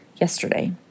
yesterday